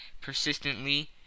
persistently